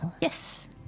Yes